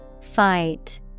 Fight